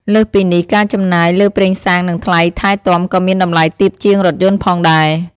លើសពីនេះ ការចំណាយលើប្រេងសាំងនិងថ្លៃថែទាំក៏មានតម្លៃទាបជាងរថយន្តផងដែរ។